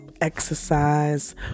exercise